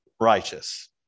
righteous